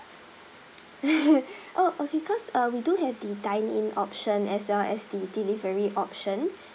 oh okay cause uh we do have the dine in option as well as the delivery option